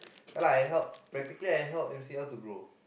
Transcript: ya lah I helped practically I helped M_C_L to grow